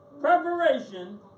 Preparation